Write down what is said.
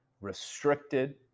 restricted